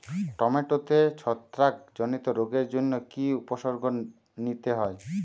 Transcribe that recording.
টমেটোতে ছত্রাক জনিত রোগের জন্য কি উপসর্গ নিতে হয়?